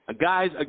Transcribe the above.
Guys